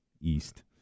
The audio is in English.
East